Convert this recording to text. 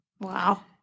Wow